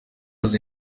mbuga